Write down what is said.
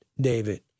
David